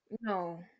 No